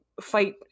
fight